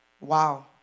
Wow